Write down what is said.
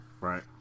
Right